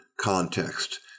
context